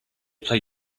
play